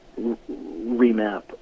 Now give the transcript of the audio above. remap